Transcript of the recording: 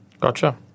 Gotcha